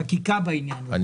כן